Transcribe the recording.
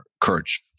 courage